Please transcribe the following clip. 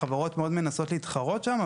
החברות מאוד מנסות להתחרות שם,